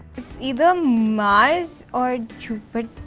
it's either mars or jupiter.